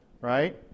right